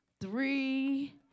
three